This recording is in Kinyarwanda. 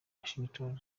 washington